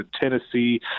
Tennessee